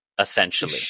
essentially